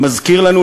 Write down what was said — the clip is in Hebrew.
שמזכיר לנו,